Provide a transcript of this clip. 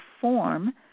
form